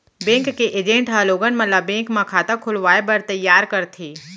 bank के agent ह लोगन मन ल बेंक म खाता खोलवाए बर तइयार करथे